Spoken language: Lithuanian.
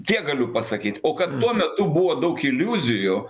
tiek galiu pasakyt o kad tuo metu buvo daug iliuzijų